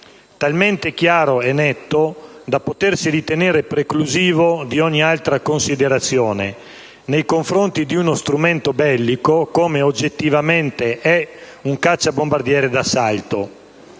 talmente chiaro e netto da potersi ritenere preclusivo di ogni altra considerazione nei confronti di uno strumento bellico, come oggettivamente è un cacciabombardiere d'assalto.